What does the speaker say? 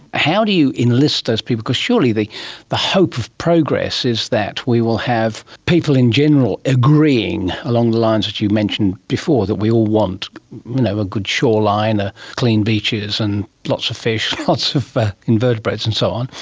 how do you enlist those people? because surely the the hope of progress is that we will have people in general agreeing along the lines that you mentioned before, that we all want you know a good shoreline, ah clean beaches and lots of fish, lots of invertebrates and so on,